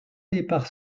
départs